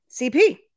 CP